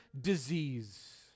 disease